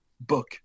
Book